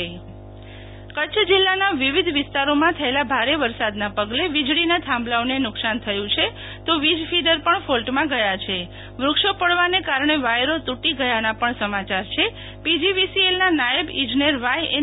શિતલ વૈશ્નવ વરસાદ બાદ વીજ પુરવઠો યથાવત કરાયો કચ્છ જીલ્લાના વિવિધ વિસ્તારોમાં થયેલા ભારે વરસાદના પગલે વીજળીના થાંભલાઓને નુ કશાન થયું છે તો વીજ ફીડર પણ ફોલ્ટમાં ગયા છે વુક્ષો પડવાને કારણે વાયરો તૂ ટી ગયાના પણ સમાચાર છે પીજીવીસીએલના નાયબ ઈજનેર વાય એન